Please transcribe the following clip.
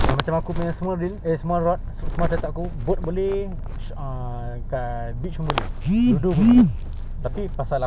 yang ada plus minus all the top uP_Multifunctional tu yang lagi dekat but we are the person who bukan macam gitu